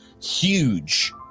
huge